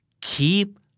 Keep